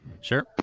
Sure